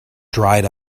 dried